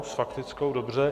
S faktickou, dobře.